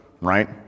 right